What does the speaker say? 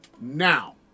now